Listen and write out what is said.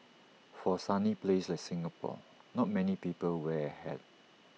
for A sunny place like Singapore not many people wear A hat